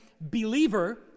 believer